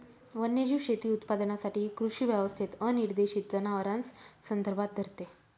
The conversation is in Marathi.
वन्यजीव शेती उत्पादनासाठी एक कृषी व्यवस्थेत अनिर्देशित जनावरांस संदर्भात धरते